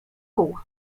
kół